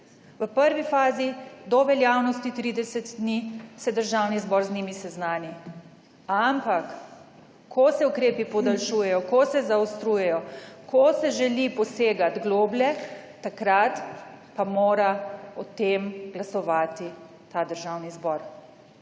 V prvi fazi do veljavnosti 30 dni se Državni zbor z njimi seznani. Ampak ko se ukrepi podaljšujejo, ko se zaostrujejo, ko se želi posegati globlje, takrat pa mora o tem glasovati ta Državni zbor.